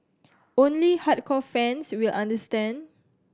only hardcore fans will understand